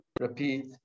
repeat